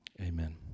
Amen